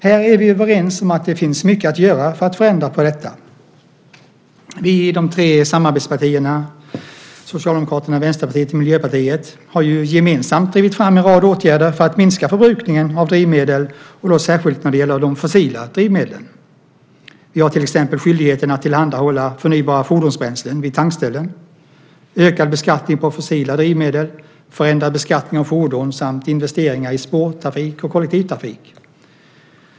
Här är vi överens om att det finns mycket att göra för att ändra på detta. Vi i de tre samarbetspartierna Socialdemokraterna, Vänsterpartiet och Miljöpartiet har gemensamt drivit fram en rad åtgärder för att minska förbrukningen av drivmedel och då särskilt när det gäller de fossila drivmedlen. Vi har till exempel skyldigheten att tillhandahålla förnybara fordonsbränslen vid tankställen, ökad beskattning på fossila drivmedel, förändrad beskattning av fordon samt investeringar i spårtrafik och kollektivtrafik.